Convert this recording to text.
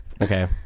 Okay